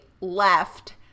left